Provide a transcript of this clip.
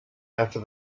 after